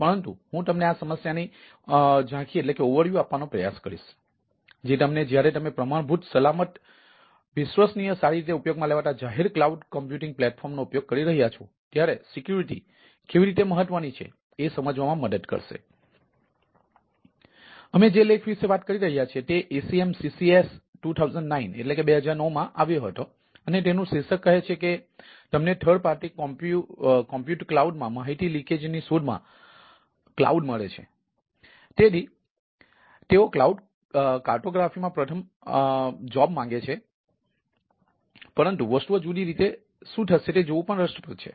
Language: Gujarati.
પરંતુ હું તમને આ સમસ્યાની ઝાંખી નો ઉપયોગ કરી રહ્યા છો ત્યારે સુરક્ષા કેવી રીતે મહત્વની છે એ સમજવામાં મદદ કરશે તેથી અમે જે લેખ વિશે વાત કરી રહ્યા છીએ તે ACM CCS 2009 માં આવ્યો હતો અને તેનું શીર્ષક કહે છે કે તમને થર્ડ પાર્ટી કમ્પ્યુટ કલાઉડ માં પ્રથમ નોકરી માંગે છે પરંતુ વસ્તુઓ જુદી રીતે શું થશે તે જોવું પણ રસપ્રદ છે